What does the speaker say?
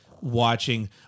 watching